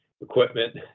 equipment